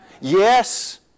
Yes